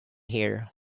here